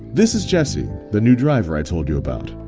this is jesse, the new driver i told you about.